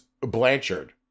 Blanchard